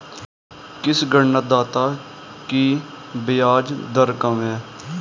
किस ऋणदाता की ब्याज दर कम है?